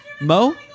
Mo